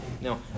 Now